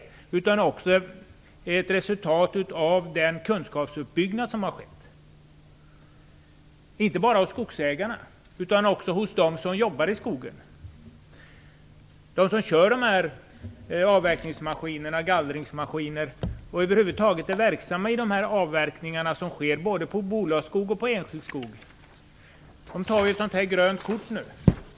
Det är också ett resultat av den kunskapsuppbyggnad som har skett, inte bara hos skogsägarna utan också hos dem som jobbar i skogen, dvs. de som kör avverkningsmaskinerna och gallringsmaskinerna och som över huvud taget är verksamma i de avverkningar som sker både av bolagsskog och av enskild skog. Det finns ett grönt kort nu.